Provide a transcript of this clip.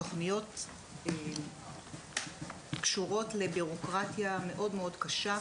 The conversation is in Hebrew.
התוכניות קשורות לבירוקרטיה מאוד מאוד קשה,